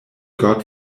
god